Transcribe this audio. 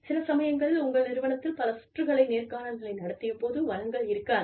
சில சமயங்களில் உங்கள் நிறுவனத்தில் பல சுற்றுகளை நேர்காணல்களை நடத்த போதிய வளங்கள் இருக்காது